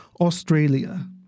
Australia